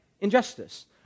injustice